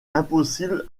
impossible